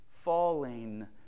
falling